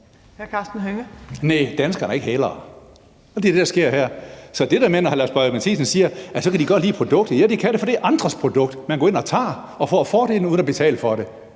Næ, danskerne er ikke hælere, og det er det, der sker her. Hr. Lars Boje Mathiesen siger, at de godt kan lide produktet. Ja, det kan de, for det er andres produkt, man går ind og tager og får fordelene af uden at betale for det.